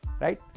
right